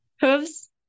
Hooves